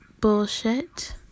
bullshit